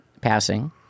passing